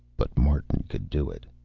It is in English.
but martin could do it.